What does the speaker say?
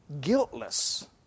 Guiltless